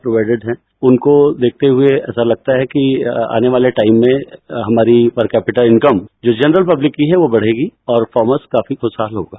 provided हैं उनको देखते हए ऐसा लगता है कि आने वाले टाइम में हमारी प्रति कैप्टा इनकम जो जनरल पब्लिक की है वह बढेगी और फामर्स काफी ख्रषहाल होगा